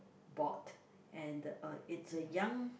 bought and the uh it's a young